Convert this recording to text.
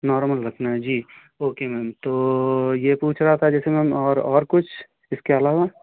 normal रखना है जी ओके मैम तो यह पूछ रहा था जैसे मैम और और कुछ इसके अलावा